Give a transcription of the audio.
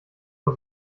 vor